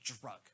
drug